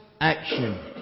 action